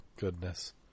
goodness